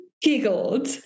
giggled